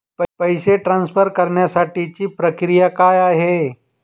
पैसे ट्रान्सफर करण्यासाठीची प्रक्रिया काय आहे?